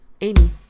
Amy